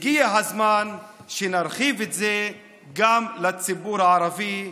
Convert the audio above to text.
הגיע הזמן שנרחיב את זה גם לציבור הערבי".